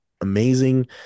amazing